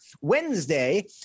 Wednesday